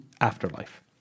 afterlife